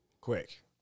quick